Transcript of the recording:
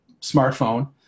smartphone